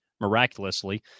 miraculously